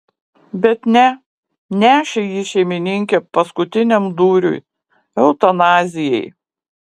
bet ne nešė jį šeimininkė paskutiniam dūriui eutanazijai